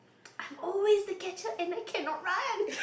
I'm always the catcher and I cannot run